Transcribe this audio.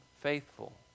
faithful